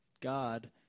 God